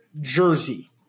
jersey